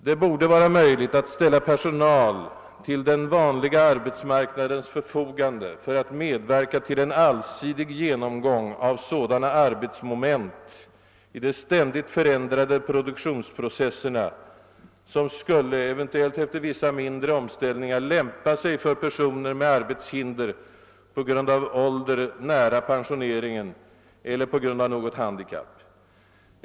Det borde vara möjligt att ställa personal till den vanliga arbetsmarknadens förfogande för att medverka till en allsidig genomgång av sådana arbetsmoment i de ständigt förändrade produktionsprocesserna, som skulle — eventuellt efter vissa mindre omställningar — lämpa sig för personer med arbetshinder på grund av ålder nära pensioneringen eller på grund av något handikapp.